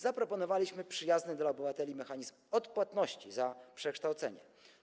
Zaproponowaliśmy przyjazny dla obywateli mechanizm odpłatności za przekształcenie.